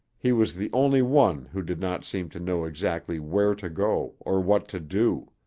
he was the only one who did not seem to know exactly where to go or what to do.